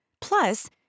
Plus